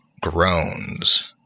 groans